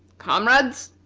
comrades!